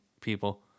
people